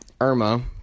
irma